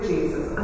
Jesus